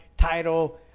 title